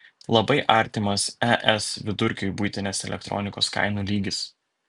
labai artimas es vidurkiui buitinės elektronikos kainų lygis